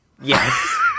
Yes